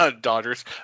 Dodgers